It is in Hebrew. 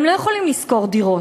הם לא יכולים לשכור דירות,